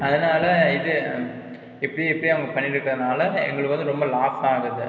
அதனால் இது இப்படி இப்படியே அவங்க பண்ணிகிட்டு இருக்குதுனால எங்களுக்கு வந்து ரொம்ப லாஸ் ஆகுது